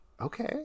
okay